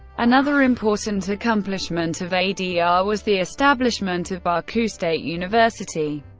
another important accomplishment of adr was the establishment of baku state university,